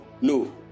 no